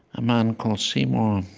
a man called seymour,